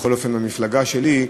בכל אופן המפלגה שלי,